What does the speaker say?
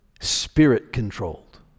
spirit-controlled